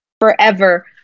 forever